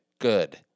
good